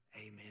Amen